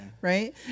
Right